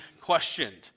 questioned